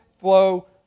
flow